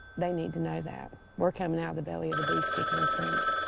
they need to know that. we're coming out of the belly of the beast kicking and screaming.